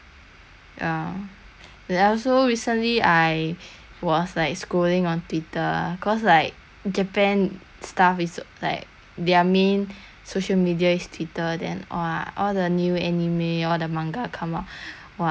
I also recently I was like scrolling on twitter cause like japan stuff is like their main social media is twitter then !wah! all the new anime or manga come out !wah! I damn jealous sia